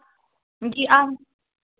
जी हाँ